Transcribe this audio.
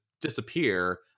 disappear